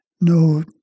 no